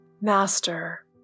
Master